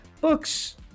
books